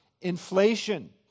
inflation